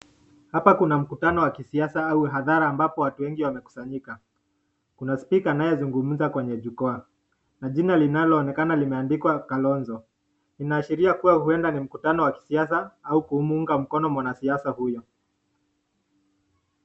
Hapa kuna mkutano wa kisiasa au hadhara ambapo watu wengi wamekusanyika. Kuna spika anayezungumza kwenye jukwaa na jina linaloonekana limeandikwa Kalonzo. Inaashiria kuwa huenda ni mkutano wa kisiasa au kumuunga mkono mwanasiasa huyo.